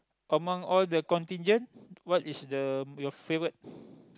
among all the contingent what is the your favourite